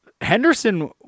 Henderson